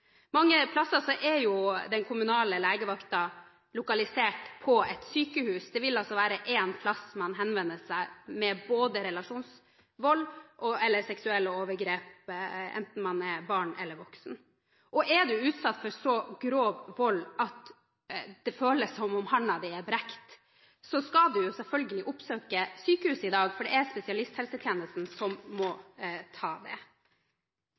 Mange steder er den kommunale legevakten lokalisert på et sykehus. Det vil altså være ett sted man henvender seg til om relasjonsvold eller seksuelle overgrep, enten man er barn eller voksen. Er du utsatt for så grov vold at det føles som om hånden din er brukket, skal du i dag selvfølgelig oppsøke sykehuset, for det er spesialisthelsetjenesten som må ta det.